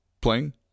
playing